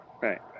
Right